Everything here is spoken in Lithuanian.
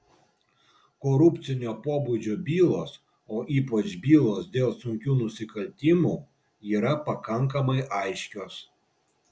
korupcinio pobūdžio bylos o ypač bylos dėl sunkių nusikaltimų yra pakankamai aiškios